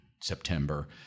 September